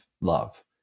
love